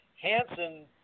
Hanson